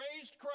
raised